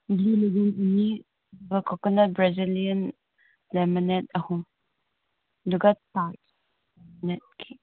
blue ꯑꯅꯤ ꯑꯗꯨꯒ coconut Brazilian lemonade ꯑꯍꯨꯝ ꯑꯗꯨꯒ